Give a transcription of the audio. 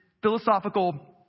Philosophical